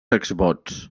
exvots